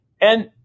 And-